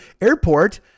airport